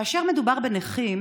כאשר מדובר בנכים,